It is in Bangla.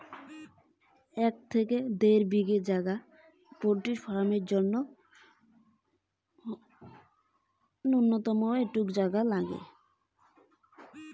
পোল্ট্রি ফার্ম এর জন্য নূন্যতম জায়গার পরিমাপ কত হতে পারে?